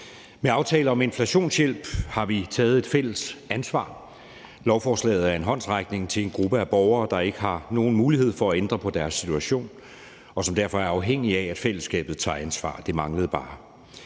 Med aftalen om inflationshjælp har vi taget et fælles ansvar. Lovforslaget er en håndsrækning til en gruppe af borgere, der ikke har nogen mulighed for at ændre på deres situation, og som derfor er afhængige af, at fællesskabet tager ansvar. Det manglede bare.